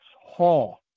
Hall